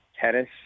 tennis